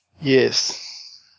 Yes